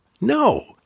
No